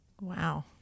Wow